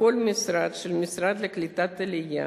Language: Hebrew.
בכל משרד של המשרד לקליטת העלייה